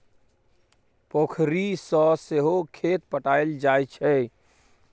पोखरि सँ सहो खेत पटाएल जाइ छै